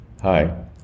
Hi